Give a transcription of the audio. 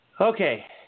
Okay